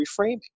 reframing